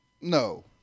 no